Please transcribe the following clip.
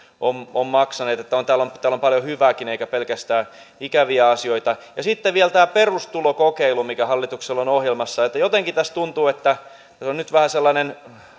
ovat maksaneet niin että on täällä paljon hyvääkin eikä pelkästään ikäviä asioita ja sitten vielä tämä perustulokokeilu mikä hallituksella on ohjelmassaan jotenkin tässä tuntuu että tässä on nyt vähän sellainen